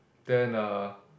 then uh